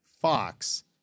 Fox